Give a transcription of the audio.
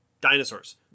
Dinosaurs